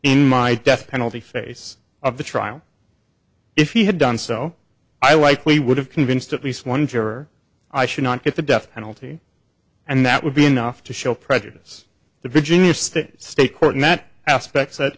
in my death penalty face of the trial if he had done so i likely would have convinced at least one juror i should not get the death penalty and that would be enough to show prejudice the virginia state state court in that aspect that